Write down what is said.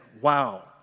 Wow